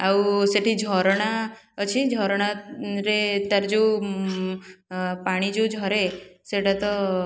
ଆଉ ସେଇଠି ଝରଣା ଅଛି ଝରଣାରେ ତାର ଯେଉଁ ପାଣି ଯେଉଁ ଝରେ ସେଇଟା ତ